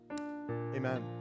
Amen